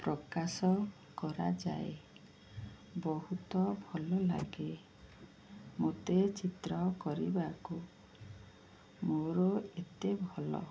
ପ୍ରକାଶ କରାଯାଏ ବହୁତ ଭଲଲାଗେ ମୋତେ ଚିତ୍ର କରିବାକୁ ମୋର ଏତେ ଭଲ